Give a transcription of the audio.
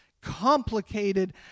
complicated